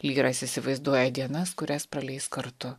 lyras įsivaizduoja dienas kurias praleis kartu